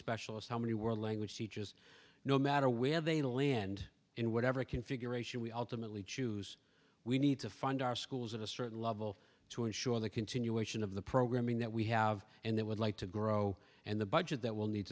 many were language teachers no matter where they land in whatever configuration we ultimately choose we need to fund our schools at a certain level to ensure the continuation of the programming that we have and that would like to grow and the budget that will need